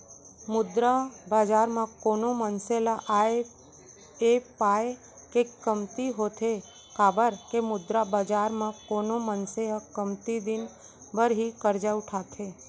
मुद्रा बजार म कोनो मनसे ल आय ऐ पाय के कमती होथे काबर के मुद्रा बजार म कोनो मनसे ह कमती दिन बर ही करजा उठाथे